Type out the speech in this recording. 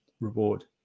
reward